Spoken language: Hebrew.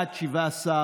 סעיפים 1 3 נתקבלו.